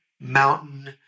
mountain